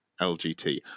LGT